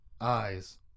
eyes